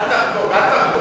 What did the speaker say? אל תחגוג, אל תחגוג.